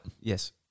Yes